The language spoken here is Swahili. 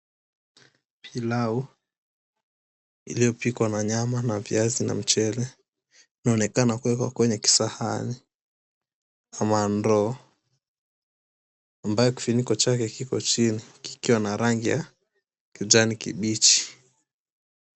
Pilau iliyopikwa na nyama na viazi na mchele, inaonekana kuwekwa kwenye kisahani ama ndoo ambayo kifuniko chake kiko chini, kikiwa na rangi ya kijani kibichi.